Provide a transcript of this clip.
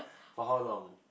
so how long